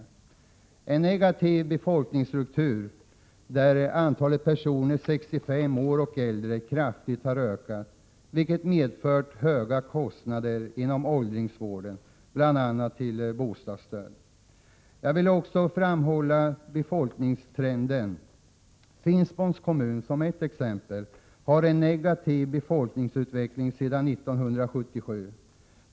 En annan effekt är en negativ befolkningsstruktur, där antalet personer som är 65 år och äldre kraftigt har ökat, vilket medför höga kostnader inom åldringsvården, bl.a. till bostadsstöd. Jag vill också framhålla befolkningstrenden. Finspångs kommun har som ett exempel en negativ befolkningsutveckling sedan 1977.